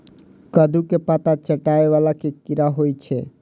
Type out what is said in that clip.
कद्दू केँ पात चाटय वला केँ कीड़ा होइ छै?